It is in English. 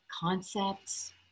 concepts